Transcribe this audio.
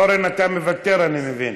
אורן, אתה מוותר אני מבין.